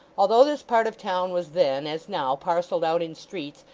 although this part of town was then, as now, parcelled out in streets,